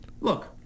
look